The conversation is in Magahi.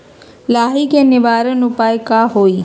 लाही के निवारक उपाय का होई?